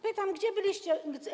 Pytam: Gdzie byliście?